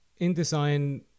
InDesign